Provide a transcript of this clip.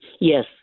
Yes